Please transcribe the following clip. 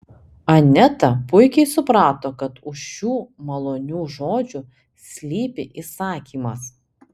aneta puikiai suprato kad už šių malonių žodžių slypi įsakymas